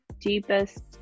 deepest